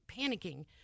panicking